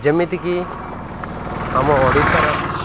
ଯେମିତିକି ଆମ ଓଡ଼ିଶା